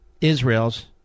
Israel's